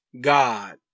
God